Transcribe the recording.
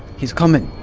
he's coming.